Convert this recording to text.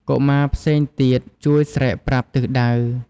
កុមារផ្សេងទៀតជួយស្រែកប្រាប់ទិសដៅ។